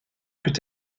peut